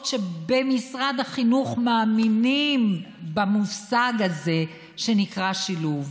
שבמשרד החינוך מאמינים במושג הזה שנקרא שילוב.